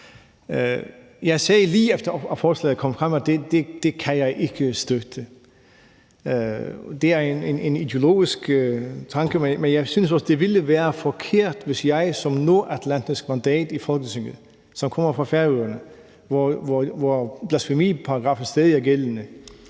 Jeg sagde, lige efter at forslaget kom frem, at det kan jeg ikke støtte. Det er en ideologisk tanke. Men jeg synes også, det ville være forkert, hvis jeg som nordatlantisk mandat fra Færøerne, hvor blasfemiparagraffen stadig er gældende,